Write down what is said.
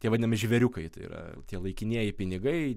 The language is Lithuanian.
tie vadinami žvėriukai tai yra tie laikinieji pinigai